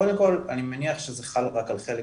קודם על אני מניח שזה חל רק על חלק